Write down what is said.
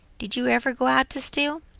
did you ever go out to steal?